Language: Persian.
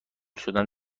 شدن